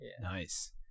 Nice